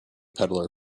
peddler